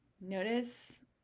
Notice